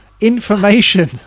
information